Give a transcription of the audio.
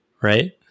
right